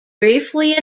briefly